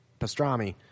pastrami